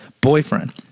boyfriend